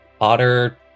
Otter